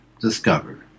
discovered